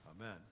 Amen